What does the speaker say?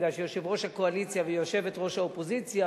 מכיוון שיושב-ראש הקואליציה ויושבת-ראש האופוזיציה